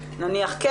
כן,